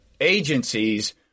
agencies